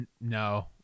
No